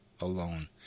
alone